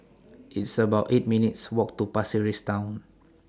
It's about eight minutes' Walk to Pasir Ris Town